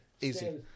Easy